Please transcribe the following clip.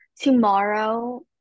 tomorrow